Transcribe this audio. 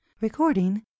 Recording